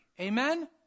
Amen